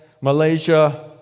Malaysia